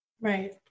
Right